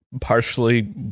Partially